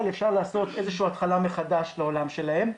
אפשר לעשות איזה שהיא התחלה מחדש לעולם שלהם,